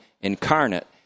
incarnate